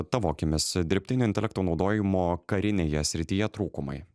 tavo akimis dirbtinio intelekto naudojimo karinėje srityje trūkumai